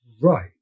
right